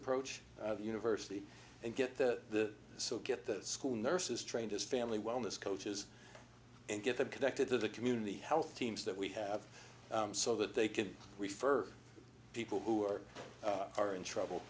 approach university and get the so get the school nurses trained as family wellness coaches and get them connected to the community health teams that we have so that they can refer people who are are in trouble